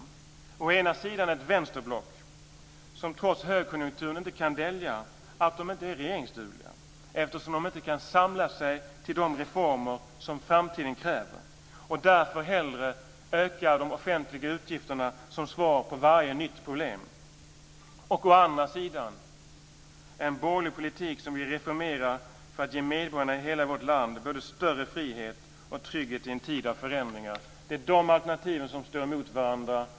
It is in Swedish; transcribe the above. Å ena sida är det ett vänsterblock, som trots högkonjunkturen inte kan dölja att det inte är regeringsdugligt, eftersom det inte kan samla sig till de reformer som framtiden kräver, och därför hellre ökar de offentliga utgifterna som svar på varje nytt problem. Å andra sidan är det en borgerlig politik, som vill reformera för att ge medborgarna i hela vårt land både större frihet och trygghet i en tid av förändringar. Det är de alternativen som står emot varandra.